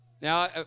Now